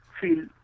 feel